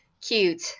cute